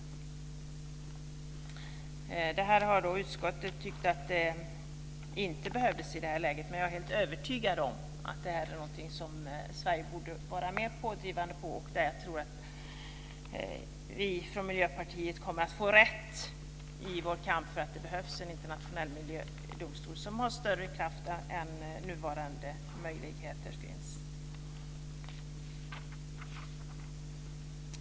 Det här har utskottet tyckt inte behövs i det här läget, men jag är helt övertygad om att det är någonting där Sverige borde vara mer pådrivande. Jag tror att vi från Miljöpartiet kommer att få rätt i vår kamp för en internationell miljödomstol som får större kraft än vad nuvarande möjligheter ger.